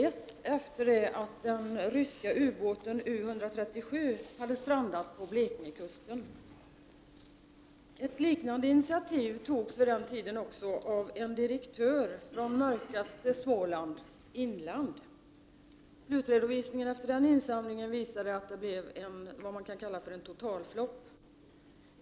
Ett liknande initiativ togs vid denna tid av en direktör från mörkaste Smålands inland. Slutredovisningen av den insamlingen visade att det blev vad man kan kalla en totalflopp.